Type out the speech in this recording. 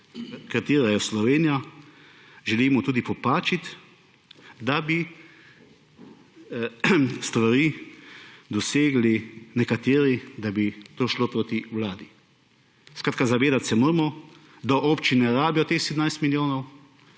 katerih je Slovenija, tudi popačiti, da bi nekateri dosegli stvari, da bi to šlo proti vladi. Skratka, zavedati se moramo, da občine rabijo teh 17 milijonov